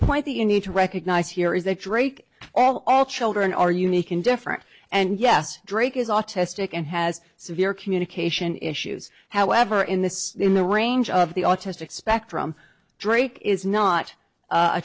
point that you need to recognize here is that drake all children are unique and different and yes drake is autistic and has severe communication issues however in this in the range of the autistic spectrum drake is not a